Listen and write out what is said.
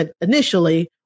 initially